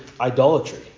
idolatry